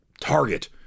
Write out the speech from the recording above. Target